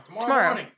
Tomorrow